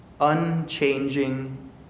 unchanging